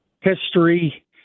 history